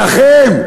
שלכם,